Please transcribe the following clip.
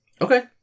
Okay